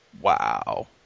Wow